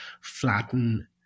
flatten